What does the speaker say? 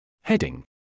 Heading